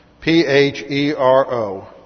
p-h-e-r-o